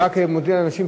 אני רק מודיע לאנשים,